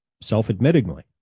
self-admittingly